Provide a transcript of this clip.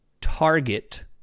target